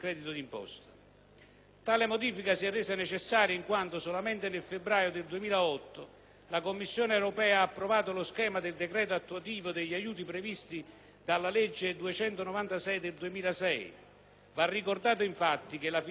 Tale modifica si è resa necessaria in quanto, solamente nel febbraio del 2008, la Commissione europea ha approvato lo schema del decreto attuativo degli aiuti previsti dalla legge n. 296 del 2006. Va ricordato, infatti, che la legge finanziaria 2007